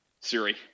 Siri